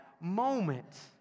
moment